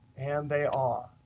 and they are.